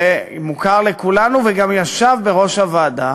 שמוכר לכולנו, וגם ישב בראש הוועדה